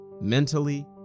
mentally